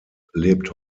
lebt